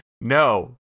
No